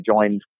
joined